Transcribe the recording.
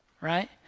right